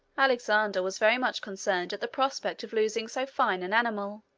alexander was very much concerned at the prospect of losing so fine an animal.